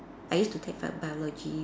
I used to take bi~ biology